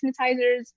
sanitizers